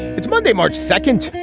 it's monday, march second,